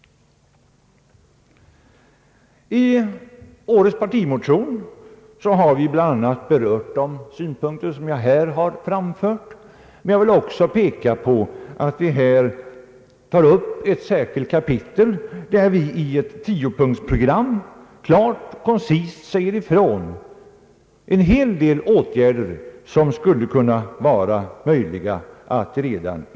I årets partimotion har vi bland annat berört de synpunkter jag här framfört, men jag vill också peka på att vi tar upp ett stort kapitel där vi i ett tiopunktsprogram klart och koncist ger förslag beträffande en hel del åtgärder som det redan i dag skulle vara möjligt att vidtaga.